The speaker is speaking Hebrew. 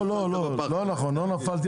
לא נכון, לא נפלתי.